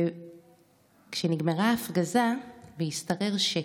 וכשנגמרה ההפגזה והשתרר שקט,